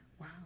Wow